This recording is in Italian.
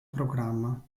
programma